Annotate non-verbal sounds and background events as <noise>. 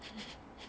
<laughs>